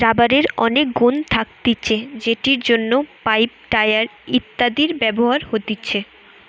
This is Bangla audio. রাবারের অনেক গুন্ থাকতিছে যেটির জন্য পাইপ, টায়র ইত্যাদিতে ব্যবহার হতিছে